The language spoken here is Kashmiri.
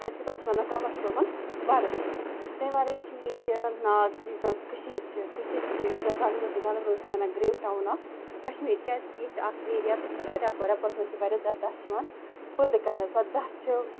تَتہِ چھِ تَتھ چھِ وَنان کمر صٲبُن وَرُس تمہِ وَرٲے چھِ ییٚتہِ ناگ یُس زَن کٔشیٖر چھِ کٔشیٖر چھِ یُس زَن گاندربلسٕے گاندربَلَس چھِ وَنان گرٛیپ ٹاوُن آف کشمیٖر کیٛازِکہِ ییٚتہِ چھِ اَکھ ایریا تَتھ چھِ وَنان رٮ۪پورہ رٮ۪پورَس منٛز چھِ واریاہ زیادٕ دَچھ یِوان پٲدٕ کَرنہٕ سۄ دَچھ چھِ